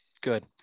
Good